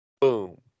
Boom